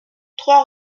trois